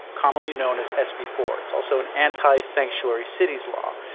commonly known as s b four. it's also an anti-sanctuary cities law.